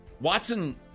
Watson